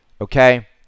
Okay